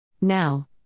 Now